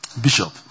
Bishop